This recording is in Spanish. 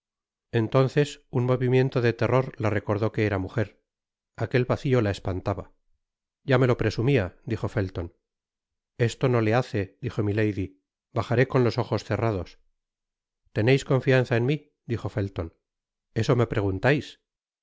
entonces un movimiento de terror la recordó que era mujer aquel vacio la espantaba ya me lo presumia dijo felton esto no le hace dijo milady bajaré con los ojos cerrados teneis confianza en mi dijo felton eso me preguntais